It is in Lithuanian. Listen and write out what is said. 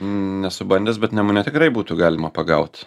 nesu bandęs bet nemune tikrai būtų galima pagaut